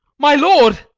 my lord